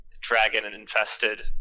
dragon-infested